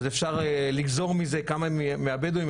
אז אפשר לגזור מזה כמה מהבדואים.